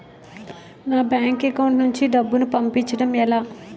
నా bank account నుంచి డబ్బును పంపించడం ఎలా?